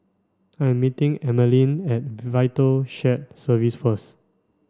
I'm meeting Emmaline at VITAL Shared Services first